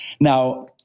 Now